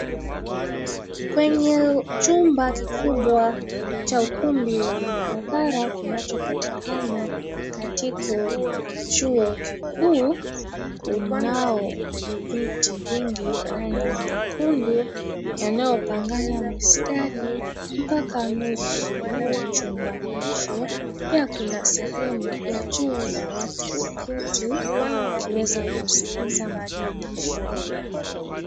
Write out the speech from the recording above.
Kwenye chumba kikubwa cha ukumbi wa mihadhara kinachopatikana katika chuo kikuu kunao viti vingi rangi ya nyekundu yanaopangana mistari mpaka mwisho wa chumba hicho. Pia kuna sehemu ya juu ya watu kuketi wakiweza kuskiza mafundisho.